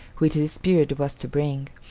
which this period was to bring,